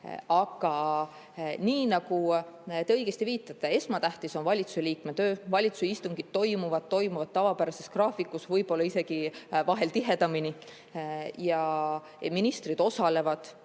Aga nii nagu te õigesti viitate, esmatähtis on valitsusliikme töö. Valitsuse istungid toimuvad, need toimuvad tavapärases graafikus – vahel võib-olla isegi tihedamini – ja ministrid osalevad